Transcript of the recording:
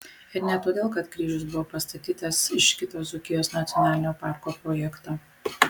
ir ne todėl kad kryžius buvo pastatytas iš kito dzūkijos nacionalinio parko projekto